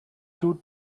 two